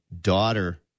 daughter